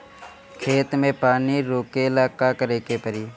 खेत मे पानी रोकेला का करे के परी?